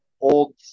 old